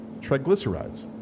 triglycerides